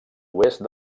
oest